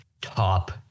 top